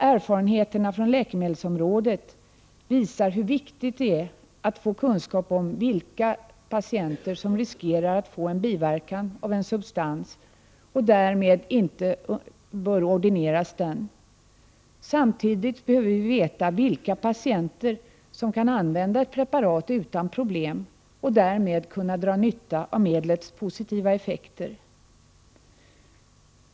Erfarenheterna från läkemedelsområdet visar hur viktigt det är att få kunskap om vilka patienter som riskerar att få biverkan av en substans och därmed inte bör ordineras den. Samtidigt behöver vi veta vilka patienter som kan använda ett preparat utan problem och därmed kunna dra nytta av medlets positiva effekter.